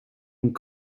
and